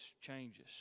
changes